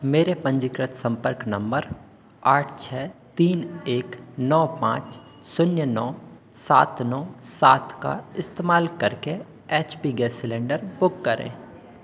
मेरे पन्जीकृत सम्पर्क नम्बर आठ छह तीन एक नौ पाँच शून्य नौ सात नौ सात का इस्तेमाल करके H P gas cylinder book करें